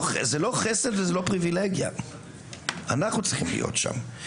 אנחנו צריכים להיות שם.